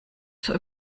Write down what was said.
zur